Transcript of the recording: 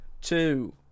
two